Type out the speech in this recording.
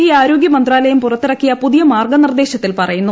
E ആരോഗൃമന്ത്രാലയം പുറത്തിറക്കിയ പുതിയ മാർഗ്ഗനിർദ്ദേശത്തിൽ പറയുന്നു